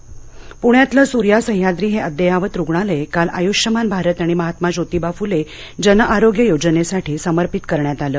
पणे रुग्णालय पुण्यातलं सूर्या सह्याद्री हे अद्ययावत रुग्णालय काल आयुष्यमान भारत आणि महात्मा ज्योतिबा फुले जनआरोग्य योजनेसाठी समर्पित करण्यात आलं